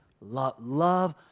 love